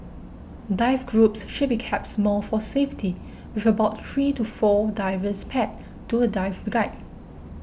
dive groups should be kept small for safety with about three to four divers paired to a dive guide